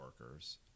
workers